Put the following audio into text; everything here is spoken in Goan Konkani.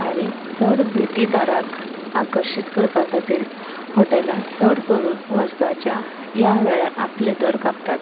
आनी चड भेटीदाराक आकर्शीत करपा खातीर हॉटेलां चड करून वर्साच्या ह्या वेळार आपले दर कापतात